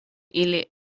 ili